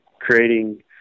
creating